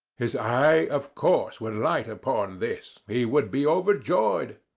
his eye, of course, would light upon this. he would be overjoyed.